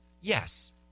yes